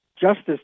Justice